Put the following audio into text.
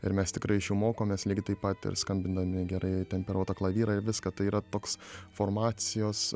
ir mes tikrai iš jo mokomės lygiai taip pat ir skambinami gerai temperuotą klavyrą ir viską tai yra toks formacijos